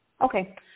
Okay